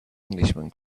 englishman